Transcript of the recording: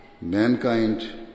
mankind